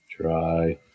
Try